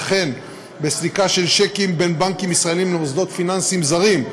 וכן סליקה של שיקים בין בנקים ישראליים למוסדות פיננסיים זרים,